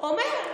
הוא אומר: